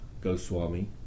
Goswami